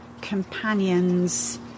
companions